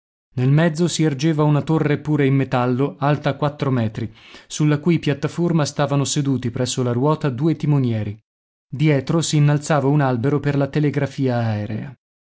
nel mezzo si ergeva una torre pure in metallo alta quattro metri sulla cui piattaforma stavano seduti presso la ruota due timonieri dietro si innalzava un albero per la telegrafia aerea